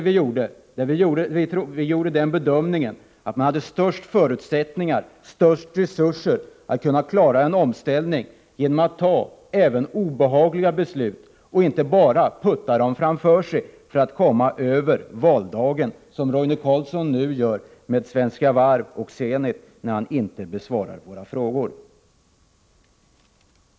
Vi kom därvid fram till att man skulle få de största förutsättningarna och resurserna för att klara en omställning om man fattade beslut — även obehagliga sådana — och inte sköt dessa framför sig för att komma över valdagen, såsom Roine Carlsson nu gör beträffande Svenska Varv och Zenit genom att inte besvara våra frågor.